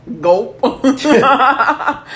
go